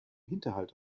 hinterhalt